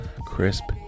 crisp